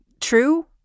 true